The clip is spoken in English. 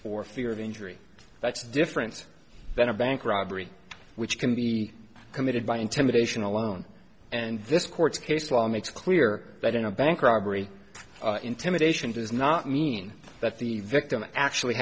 or fear of injury that's different than a bank robbery which can be committed by intimidation alone and this court case law makes clear that in a bank robbery intimidation does not mean that the victim actually